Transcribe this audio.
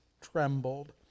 trembled